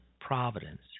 providence